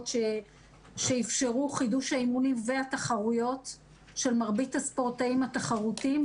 שאפשרו חידוש האימונים והתחרויות של מרבית הספורטאים התחרותיים,